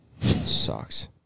sucks